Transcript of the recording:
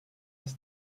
das